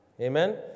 Amen